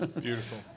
Beautiful